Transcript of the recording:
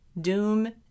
doom